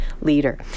leader